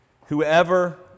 Whoever